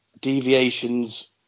deviations